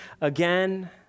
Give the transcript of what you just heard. again